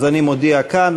אז אני מודיע כאן,